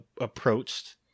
approached